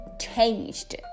changed